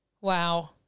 Wow